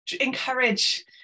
encourage